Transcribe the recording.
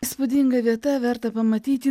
įspūdinga vieta verta pamatyti